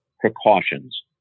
precautions